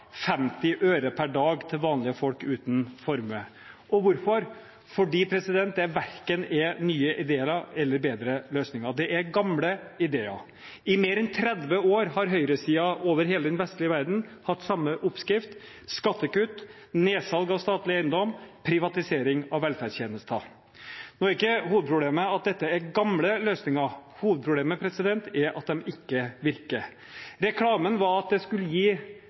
50 øre per dag til vanlige folk uten formue. Og hvorfor? Fordi det verken er nye ideer eller bedre løsninger. Det er gamle ideer. I mer enn 30 år har høyresiden over hele den vestlige verden hatt samme oppskrift: skattekutt, nedsalg av statlige eiendommer, privatisering av velferdstjenester. Nå er ikke hovedproblemet at dette er gamle løsninger, hovedproblemet er at de ikke virker. Reklamen var at ja, det ga større forskjeller, de rike ble rikere, men dette skulle